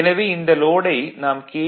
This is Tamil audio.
எனவே இந்த லோடை நாம் கே